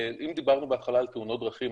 אם דיברנו בהתחלה על תאונות דרכים,